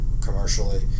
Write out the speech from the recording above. commercially